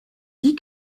dis